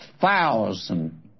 thousand